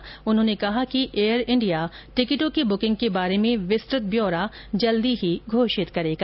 श्री पुरी ने कहा कि एयर इंडिया टिकटों की बुकिंग के बारे में विस्तृत व्यौरा जल्द ही घोषित करेगा